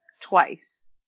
Twice